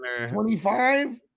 25